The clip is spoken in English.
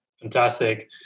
Fantastic